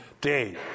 day